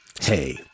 Hey